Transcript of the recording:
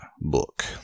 book